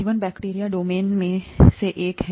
जीवन bacteria domain में से एक है